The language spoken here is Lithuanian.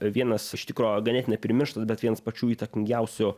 vienas iš tikro ganėtinai primirštas bet vienas pačių įtakingiausių